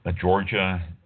Georgia